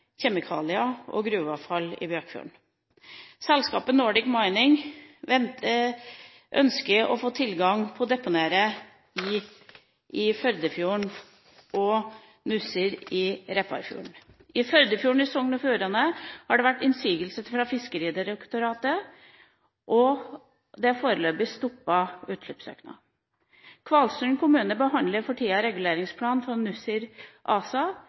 og gruveavfall til Bøkfjorden. Selskapet Nordic Mining ønsker å få tilgang til å deponere i Førdefjorden og Nussir i Repparfjorden. I Førdefjorden i Sogn og Fjordane har det vært innsigelser fra Fiskeridirektoratet, noe som foreløpig har stoppet utslippssøknaden. Kvalsund kommune behandler for tida en reguleringsplan for Nussir ASA.